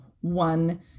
one